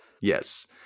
Yes